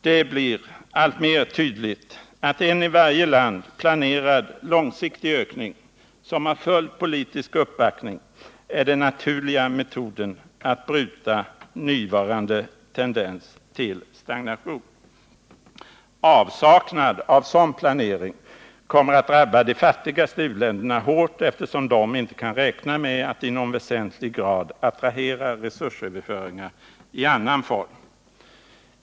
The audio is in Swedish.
Det blir alltmer tydligt att en i varje land planerad långsiktig ökning, som har full politisk uppbackning, är den naturliga metoden att bryta nuvarande tendens till stagnation. Avsaknad av sådan planering kommer att drabba de fattigaste u-länderna hårt, eftersom de inte kan räkna med att i någon väsentlig grad attrahera resursöverföringar i annan form.